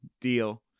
deal